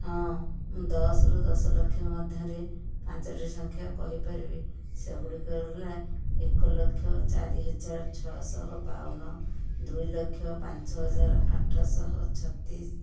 ହଁ ମୁଁ ଦଶରୁ ଦଶଲକ୍ଷ ମଧ୍ୟରେ ପାଞ୍ଚଟି ସଂଖ୍ୟା କହିପାରିବି ସେଗୁଡ଼ିକ ହେଲା ଏକଲକ୍ଷ ଚାରିହଜାର ଛଅଶହ ବାଉନ ଦୁଇଲକ୍ଷ ପାଞ୍ଚହଜାର ଆଠଶହ ଛତିଶି